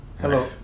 Hello